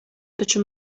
taču